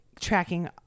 tracking